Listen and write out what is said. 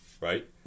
Right